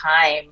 time